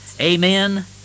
amen